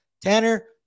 Tanner